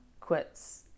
quits